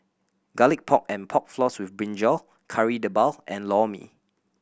Garlic Pork and Pork Floss with brinjal Kari Debal and Lor Mee